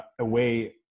away